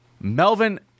Melvin